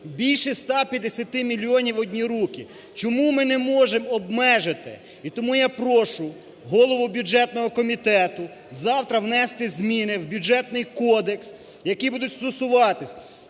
більше 150 мільйонів в одні руки, чому ми не можемо обмежити. І тому я прошу голову бюджетного комітету завтра внести зміни у Бюджетний кодекс, які будуть стосуватися,